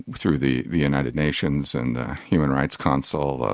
through the the united nations and the human rights council.